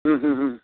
ಹ್ಞೂ ಹ್ಞೂ ಹ್ಞೂ